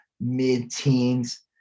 mid-teens